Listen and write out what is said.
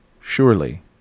Surely